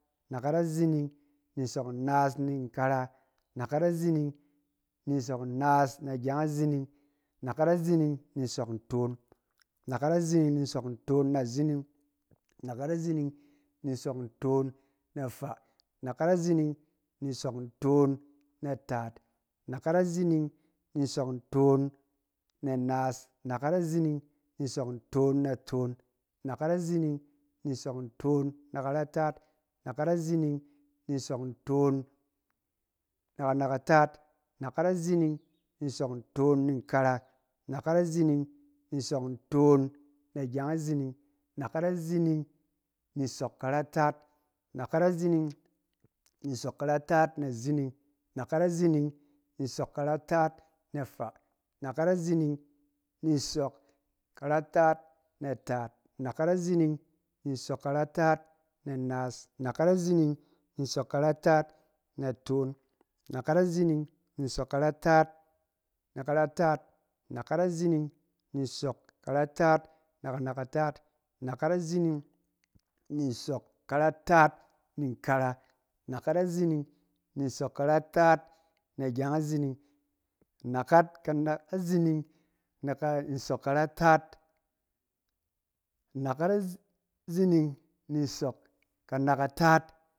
Anakat azining ni nsɔk nnaas ni nkara, anakat azining ni nsɔk nnaas na gyeng azining, anakat azining ni nsɔk ntoon, anakat azining ni sɔk ntoon na zining, anakat azining ni nsɔk ntoon na faa, anakat azining ni nsɔk ntoon na taat, anakat azining ni nsɔk ntoon na naas, anakat azining ni nsɔk ntoon na toon, anakat azining ni nsɔk ntoon na karataat, anakat azining ni nsɔk ntoon na kanakataat, anakat azining ni nsɔk ntoon ni nkara, anaakat azining ni nsɔk ntoon na gyeng azining, anakat azining ni nsɔk karataat, anakat azining ni nsɔk karataat na zining, anakat azining ni nsɔk karataat na faa, anakat azining ni nsɔk karataat na taat, anakat azining ni nsɔk karataat na naas, anakat azining ni nsɔk karataat na toon, anakat azining ni nsɔk karataat na karataat, anakat azining ni nsɔk karataat na kanakataat, anakat azining ni nsɔk karataat ni nkara, anakat azining ni nsɔk karataat na gyeng azining, anakat-kana- azining ni nsɔk karataat, anakat azining ni nsɔk kanakataat,